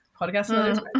podcast